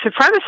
supremacist